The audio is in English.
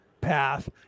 path